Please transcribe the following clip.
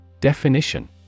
Definition